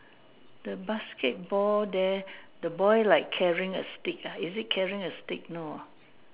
the basketball there the boy like carrying a stick ah is it carrying a stick no uh